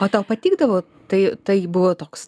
o tau patikdavo tai tai buvo toks